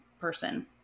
person